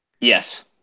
Yes